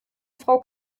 frau